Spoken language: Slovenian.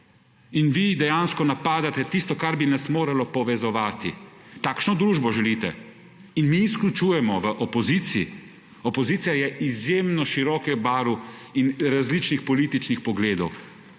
in vi dejansko napadate tisto kar bi nas moralo povezovati. Takšno družbo želite? In mi izključujemo v opoziciji? Opozicija je izjemno širokih barv in različnih političnih pogledov.